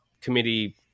committee